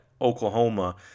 Oklahoma